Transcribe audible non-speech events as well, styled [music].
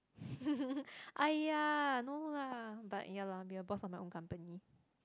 [laughs] !aiya! no lah but yeah lah be a boss of my own company